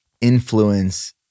influence